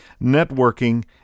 networking